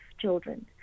children